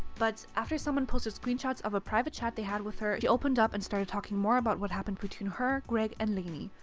but after someone posted screenshots of a private chat they had with her, she opened up and started talking more about what happened between her and greg and lainey.